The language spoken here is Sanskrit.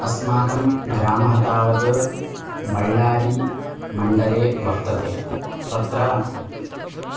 अस्माकं ग्रामः तावत् बळ्ळारीमण्डले वर्तते तत्र